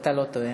אתה לא טועה.